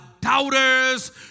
doubters